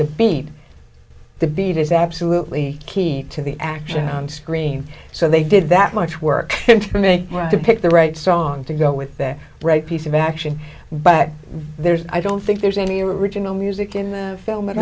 the beat the beat is absolutely key to the action on screen so they did that much work for me to pick the right song to go with that right piece of action but there's i don't think there's any original music in the film and